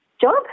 job